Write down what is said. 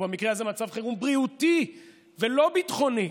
ובמקרה הזה מצב חירום בריאותי ולא ביטחוני,